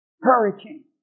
Hurricane